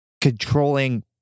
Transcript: controlling